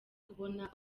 kubona